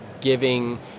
giving